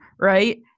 right